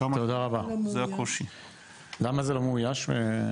למה זה לא מאויש?